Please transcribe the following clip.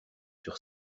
sur